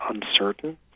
uncertain